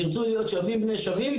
ירצו להיות שווים בני שווים,